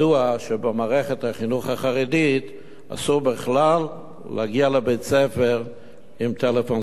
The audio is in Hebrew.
שבמערכת החינוך החרדית אסור בכלל להגיע לבית-ספר עם טלפון סלולרי.